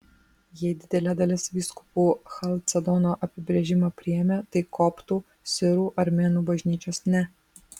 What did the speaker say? jei didelė dalis vyskupų chalcedono apibrėžimą priėmė tai koptų sirų armėnų bažnyčios ne